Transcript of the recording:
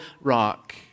rock